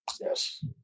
Yes